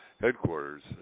headquarters